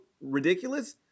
ridiculous